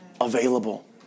Available